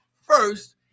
first